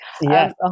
Yes